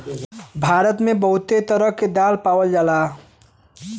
भारत मे बहुते तरह क दाल पावल जाला